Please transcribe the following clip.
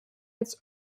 its